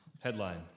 Headline